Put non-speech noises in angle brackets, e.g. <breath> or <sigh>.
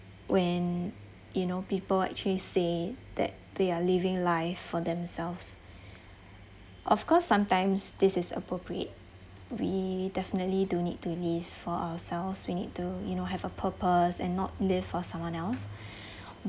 when you know people actually say that they are living life for themselves <breath> of course sometimes this is appropriate we definitely do need to live for ourselves we need to you know have a purpose and not live for someone else <breath>